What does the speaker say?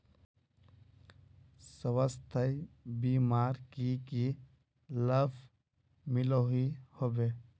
स्वास्थ्य बीमार की की लाभ मिलोहो होबे?